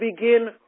begin